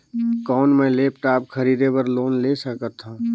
कौन मैं लेपटॉप खरीदे बर लोन ले सकथव?